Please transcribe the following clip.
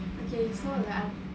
okay so like